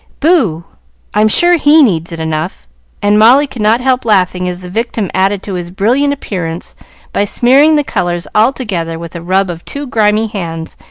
boo i'm sure he needs it enough and molly could not help laughing as the victim added to his brilliant appearance by smearing the colors all together with a rub of two grimy hands,